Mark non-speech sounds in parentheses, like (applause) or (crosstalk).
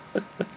(laughs)